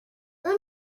اون